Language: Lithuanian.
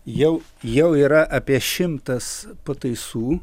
jau jau yra apie šimtas pataisų